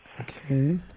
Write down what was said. Okay